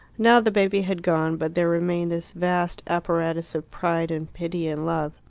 now the baby had gone, but there remained this vast apparatus of pride and pity and love.